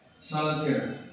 solitaire